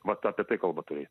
mat apie tai kalba taip